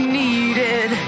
needed